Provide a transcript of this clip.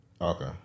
Okay